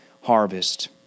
harvest